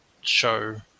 show